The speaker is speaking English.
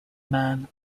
man